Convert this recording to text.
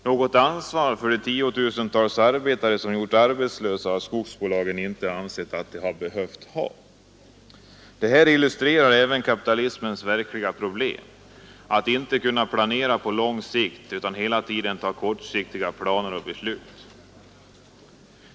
Något ansvar för de tiotusentals arbetare som gjorts arbetslösa har skogsbolagen inte ansett att de behövt ha. Detta illustrerar även kapitalismens verkliga problem — att inte kunna planera på lång sikt utan hela tiden ta kortsiktiga planer och beslut.